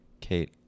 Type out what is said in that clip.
kate